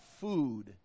food